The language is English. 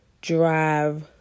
drive